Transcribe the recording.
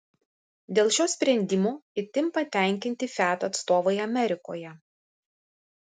dėl šio sprendimo itin patenkinti fiat atstovai amerikoje